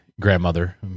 grandmother